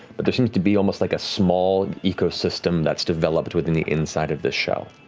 but there seems to be almost like a small and ecosystem that's developed within the inside of this shell.